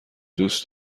دوست